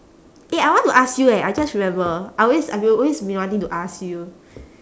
eh I want to ask you eh I just remember I always I been always been wanting to ask you